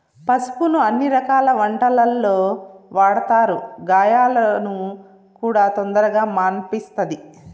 పసుపును అన్ని రకాల వంటలల్లో వాడతారు, గాయాలను కూడా తొందరగా మాన్పిస్తది